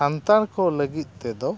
ᱥᱟᱱᱛᱟᱲ ᱠᱚ ᱞᱟᱹᱜᱤᱫ ᱛᱮᱫᱚ